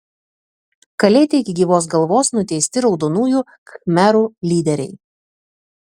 kalėti iki gyvos galvos nuteisti raudonųjų khmerų lyderiai